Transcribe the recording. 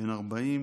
בן 40,